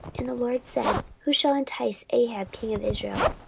and the lord said, who shall entice ahab king of israel,